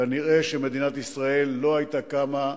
כנראה שמדינת ישראל לא היתה קמה בתש"ח,